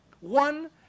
one